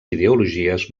ideologies